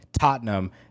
Tottenham